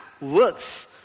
works